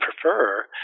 prefer